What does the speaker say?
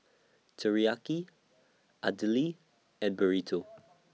Teriyaki Idili and Burrito